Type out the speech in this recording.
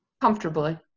Comfortably